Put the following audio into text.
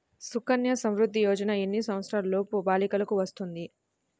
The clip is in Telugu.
సుకన్య సంవృధ్ది యోజన ఎన్ని సంవత్సరంలోపు బాలికలకు వస్తుంది?